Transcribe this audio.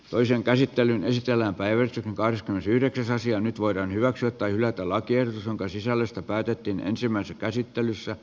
toisen käsittelyn ystävänpäivä kahdeskymmenesyhdeksäs aasian nyt voidaan hyväksyä tai hylätä lakiehdotus jonka sisällöstä päätettiin ensimmäisessä käsittelyssä